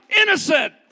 innocent